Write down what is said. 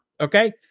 Okay